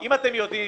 אם אתם יודעים